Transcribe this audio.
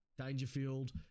Dangerfield